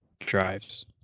drives